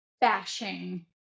bashing